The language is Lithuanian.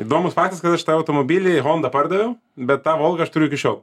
įdomus faktas kad aš tą automobilį hondą pardaviau bet tą volgą aš turiu iki šiol